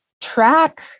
track